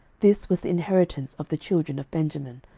this was the inheritance of the children of benjamin,